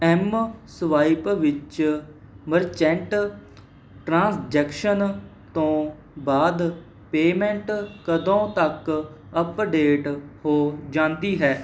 mSwipe ਵਿੱਚ merchant transaction ਤੋਂ ਬਾਅਦ ਪੇਮੈਂਟ ਕਦੋਂ ਤੱਕ ਅੱਪਡੇਟ ਹੋ ਜਾਂਦੀ ਹੈ